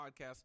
podcast